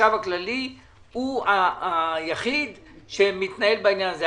החשב הכללי הוא היחיד שמתנהל בעניין הזה.